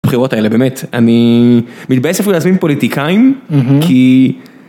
בחירות האלה באמת אני מתבאס אפילו להזמין פוליטיקאים כי.